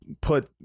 put